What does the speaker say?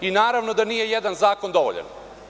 Naravno da nije jedan zakon dovoljan.